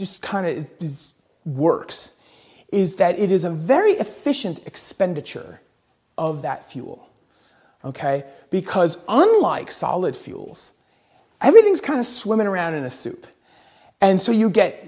just kind of works is that it is a very efficient expenditure of that fuel ok because unlike solid fuels everything's kind of swimming around in a soup and so you get